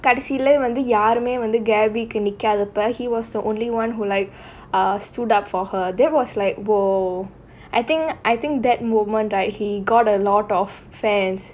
கடைசில வந்து யாருமே வந்து:kadaisila vanthu yaarumae vanthu gabby நிக்காதப்ப:nikkaathappa he was the only one who like ah stood up for her that was like !wow! I think I think that moment right he got a lot of fans